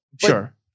Sure